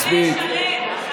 מספיק.